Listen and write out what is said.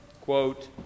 quote